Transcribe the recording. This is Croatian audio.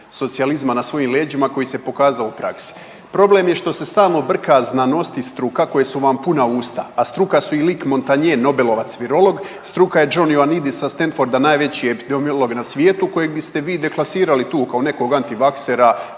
socijalizma na svojim leđima koji se pokazao u praksi. Problem je što se stalno brka znanost i struka koji su vam puna usta, a struka su i Luc Montagnier nobelovac virolog, struka je John Ioannidis sa Stanforda najveći epidemiolog na svijetu kojeg biste vi deklasirali tu kao nekog antivaksera,